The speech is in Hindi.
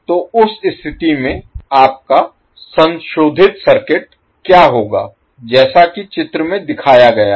तो उस स्थिति में आपका संशोधित सर्किट क्या होगा जैसा कि चित्र में दिखाया गया है